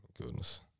goodness